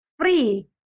free